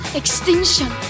extinction